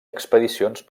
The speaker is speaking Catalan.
expedicions